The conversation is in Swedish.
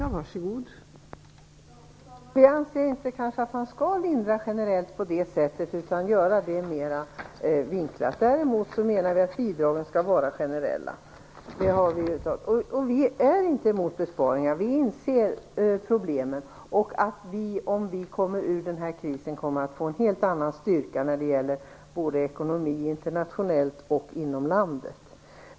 Fru talman! Vi anser att man kanske inte skall lindra generellt på det sättet, utan man skall göra det mera vinklat. Däremot menar vi att bidragen skall vara generella. Vi är inte emot besparingar. Vi inser problemen, och om vi kommer ur den här krisen får vi en helt annan styrka när det gäller ekonomin både internationellt och inom landet.